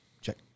check